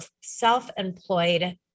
self-employed